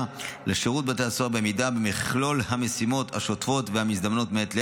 לשירות בתי הסוהר בעמידה במכלול המשימות השוטפות והמזדמנות מעת לעת.